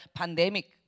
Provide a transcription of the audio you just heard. pandemic